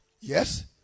yes